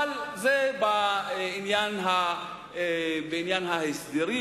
אבל זה בעניין ההסדרים.